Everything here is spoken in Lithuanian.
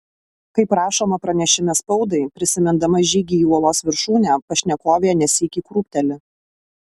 kaip rašoma pranešime spaudai prisimindama žygį į uolos viršūnę pašnekovė ne sykį krūpteli